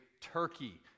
Turkey